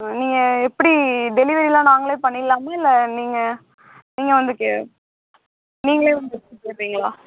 நீங்கள் எப்படி டெலிவரிலாம் நாங்களே பண்ணிடலாமா இல்லை நீங்கள் நீங்கள் வந்து கே நீங்களே வந்து எடுத்துகிட்டுப் போயிடுறீங்களா